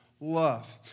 love